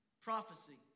prophecy